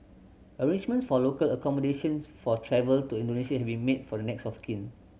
arrangement for local accommodations for travel to Indonesia have been made for the next of kin